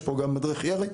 ויש פה גם מדריך ירי,